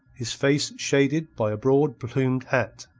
his face shaded by a broad-plumed hat.